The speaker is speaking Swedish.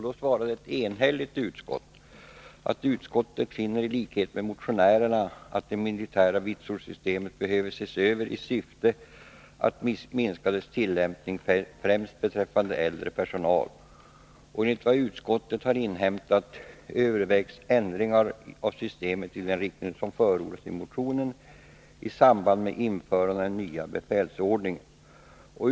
Då svarade ett enhälligt utskott: ”Utskottet finner i likhet med motionärerna att det militära vitsordssystemet behöver ses över i syfte att minska dess tillämpning främst beträffande äldre personal. Enligt vad utskottet har inhämtat övervägs ändringar av systemet i den riktning som förordas i motionen i samband med införandet av den nya befälsordningen.